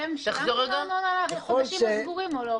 אתם שילמתם על החודשים הסגורים או לא?